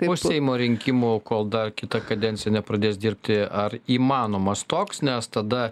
po seimo rinkimų kol dar kita kadencija nepradės dirbti ar įmanomas toks nes tada